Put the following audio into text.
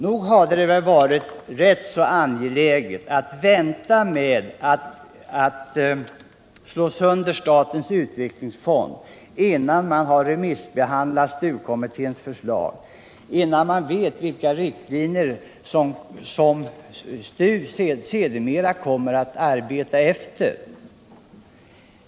Nog hade det varit angeläget att vänta med att slå sönder statens utvecklingsfond, innan man har remissbehandlat STU-kommitténs förslag och innan man vet vilka riktlinjer STU sedermera kommer att arbeta efter.